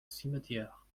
cimetière